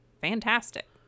fantastic